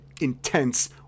intense